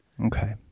Okay